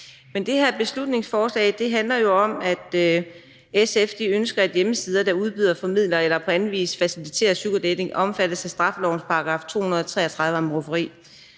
Det her beslutningsforslag handler om, at SF ønsker, at hjemmesider, der udbyder, formidler eller på anden vis faciliterer sugardating, omfattes af straffelovens § 233 om rufferi.